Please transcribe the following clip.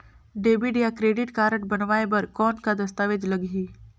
Debit या credit card बनवाय बर कौन का दस्तावेज लगही?